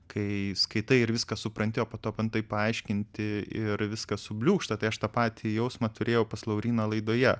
kai skaitai ir viską supranti o po to bandai paaiškinti ir viskas subliūkšta tai aš tą patį jausmą turėjau pas lauryną laidoje